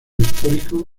histórico